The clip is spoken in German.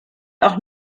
auch